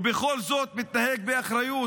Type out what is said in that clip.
ובכל זאת מתנהג באחריות.